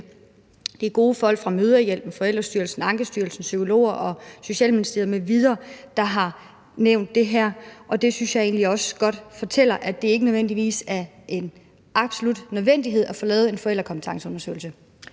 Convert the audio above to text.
Det er gode folk fra Mødrehjælpen, forældrestyrelsen, Ankestyrelsen, psykologer og Socialministeriet m.v., der har nævnt det her, og det synes jeg egentlig også fortæller, at det ikke nødvendigvis er en absolut nødvendighed at få lavet en forældrekompetenceundersøgelse,